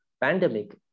pandemic